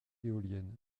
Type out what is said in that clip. éolienne